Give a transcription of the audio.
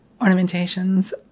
ornamentations